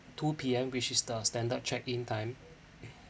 two P_M which is the standard check in time